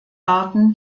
arten